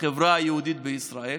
לחברה היהודית בישראל,